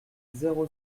zéro